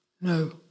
No